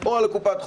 או על קופת החולים.